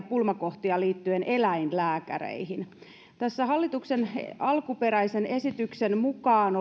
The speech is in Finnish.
pulmakohtia liittyen eläinlääkäreihin hallituksen alkuperäisen esityksen mukaan